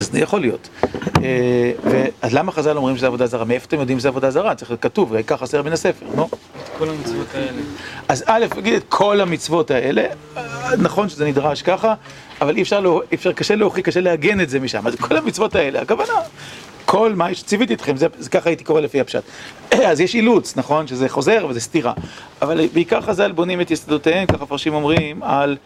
אז לא יכול להיות. אז למה חז"ל אומרים שזו עבודה זרה? מאיפה אתם יודעים שזו עבודה זרה? ככה צריך להיות כתוב, העיקר חסר מן הספר. טוב. כל המצוות האלה. אז אלף, כל המצוות האלה, נכון שזה נדרש ככה, אבל אי אפשר, קשה להוכיח, קשה לעגן את זה משם. אז כל המצוות האלה, הכוונה, כל מה שציוויתי אתכם, זה, ככה הייתי קורא לפי הפשט. אז יש אילוץ, נכון, שזה חוזר וזה סתירה. אבל בעיקר חז"ל בונים את יסודותיהם, ככה המפרשים אומרים, על...